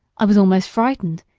i was almost frightened,